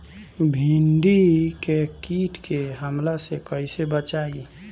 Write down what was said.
भींडी के कीट के हमला से कइसे बचाई?